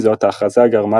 עם זאת, ההכרזה גרמה